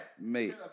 Mate